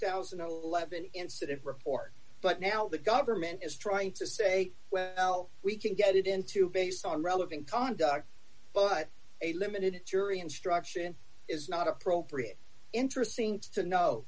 thousand and eleven incident report but now the government is trying to say well we can get it into based on relevant conduct but a limited jury instruction is not appropriate interesting to know